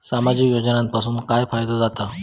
सामाजिक योजनांपासून काय फायदो जाता?